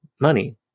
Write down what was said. money